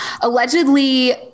Allegedly